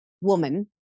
woman